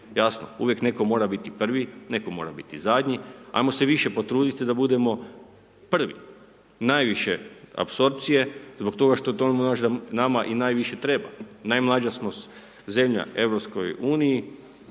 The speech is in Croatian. Jasno, uvijek netko mora biti prvi, netko mora biti zadnji, ajmo se više potruditi da budemo prvi, najviše apsorpcije, zbog toga što to nama i najviše treba, najmlađa smo zemlja u